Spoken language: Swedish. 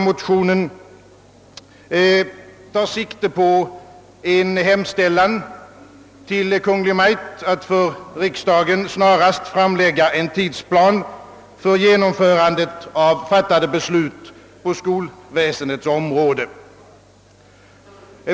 Motionen tar sikte på en hemställan till Kungl. Maj:t att för riksdagen snarast framlägga en tidsplan för genomförandet av fattade beslut på skolväsendets område.